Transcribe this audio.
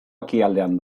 ekialdean